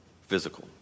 physical